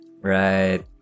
Right